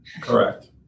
Correct